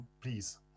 please